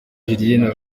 julienne